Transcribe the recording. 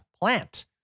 plant